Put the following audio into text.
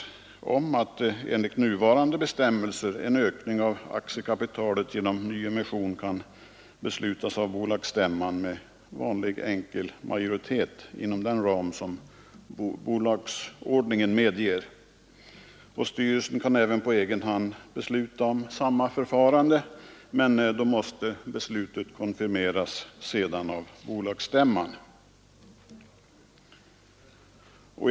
Till detta vill jag säga att en ökning av aktiekapitalet genom nyemission enligt nuvarande bestämmelser kan beslutas av bolagsstämman inom bolagsordningens ram med vanlig enkel majoritet. Styrelsen kan också på egen hand besluta om samma förfarande, men då måste beslutet senare konfirmeras av bolagsstämman.